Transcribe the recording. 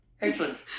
Excellent